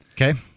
Okay